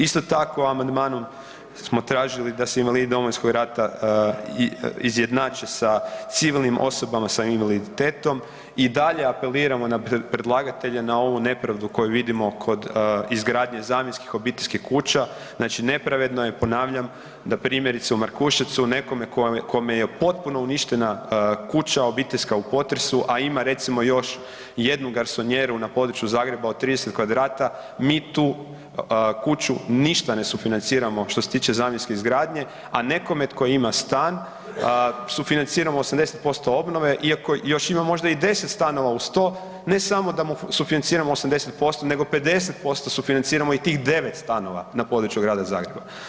Isto tako, amandmanom smo tražili da se invalidi Domovinskog rata izjednače sa civilnim osobama, sa invaliditetom, i dalje apeliramo na predlagatelja na ovu nepravdu koju vidimo kod izgradnje zamjenskih obiteljskih kuća, znači nepravedno je, ponavljam, da primjerice u Markuševcu nekome kome je potpuno uništena kuća obiteljska u potresu a ima recimo još jednu garsonijeru na području Zagreba od 30m2, mi tu kuću ništa ne sufinanciramo što se tiče zamjenske izgradnje a nekome tko ima stan sufinanciramo 80% obnove iako još ima možda i 10 stanova uz to, ne smo da mu sufinanciramo 80% nego 50% sufinanciramo i tih 9 stanova na području grada Zagreba.